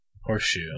Horseshoe